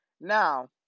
Now